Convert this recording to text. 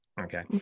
Okay